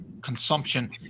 consumption